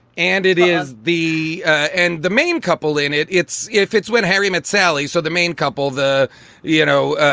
and it is the and the main couple in it. it's if it's when harry met sally. so the main couple, the you know,